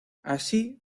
así